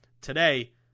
today